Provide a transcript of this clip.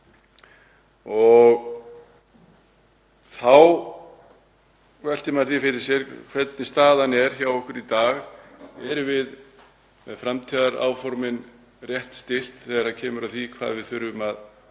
Þá veltir maður því fyrir sér hvernig staðan er hjá okkur í dag. Erum við með framtíðaráformin rétt stillt þegar kemur að því hvað við þurfum að